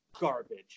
garbage